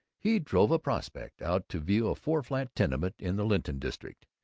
he drove a prospect out to view a four-flat tenement in the linton district.